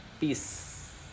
Peace